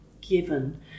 given